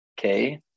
Okay